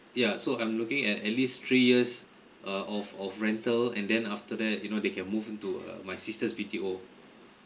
yeah so I'm looking at at least three years a of of rental and then after that you know they can move into uh my sisters B_T_O